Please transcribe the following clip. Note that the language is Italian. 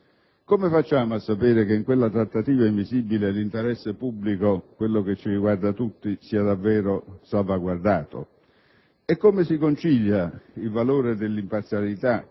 Come facciamo a sapere che in quella trattativa invisibile l'interesse pubblico, quello che ci riguarda tutti, sia davvero salvaguardato? E come si concilia il valore dell'imparzialità,